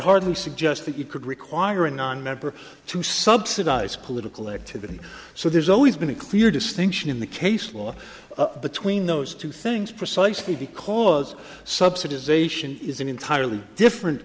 hardly suggest that you could require a nonmember to subsidize political activity so there's always been a clear distinction in the case law between those two things precisely because subsidization is an entirely different